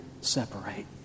separate